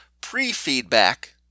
pre-feedback